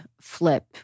flip